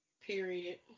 period